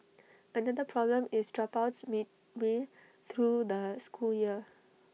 another problem is dropouts midway through the school year